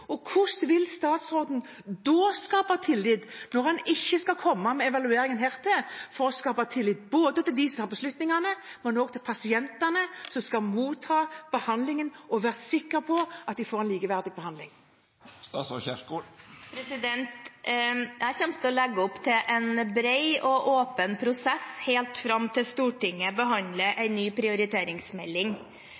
Hvordan vil statsråden skape tillit når en ikke skal komme hit med evalueringen – hvordan skape tillit til dem som tar beslutningene, og til pasientene som skal motta behandlingen og være sikker på at de får en likeverdig behandling? Jeg kommer til å legge opp til en bred og åpen prosess helt fram til Stortinget